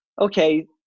okay